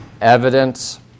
evidence